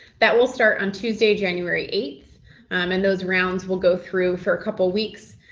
that will start on tuesday, january eighth and those rounds will go through for a couple weeks.